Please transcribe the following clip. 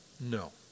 No